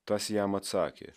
tas jam atsakė